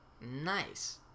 Nice